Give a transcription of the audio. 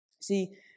See